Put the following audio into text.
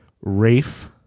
Rafe